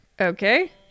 okay